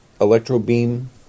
electro-beam